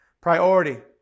priority